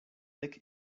dek